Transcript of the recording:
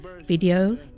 video